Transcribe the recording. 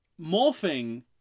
Morphing